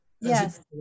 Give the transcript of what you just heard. Yes